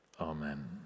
Amen